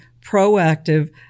proactive